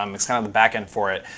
um it's kind of the back end for it.